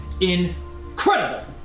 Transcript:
incredible